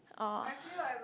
or